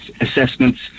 assessments